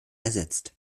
ersetzt